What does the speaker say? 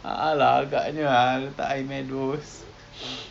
a'ah lah agaknya ah letak air